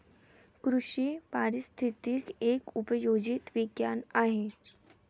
कृषी पारिस्थितिकी एक उपयोजित विज्ञान आहे